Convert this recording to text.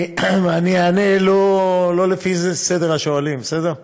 אני אענה לא לפי סדר השואלים, בסדר?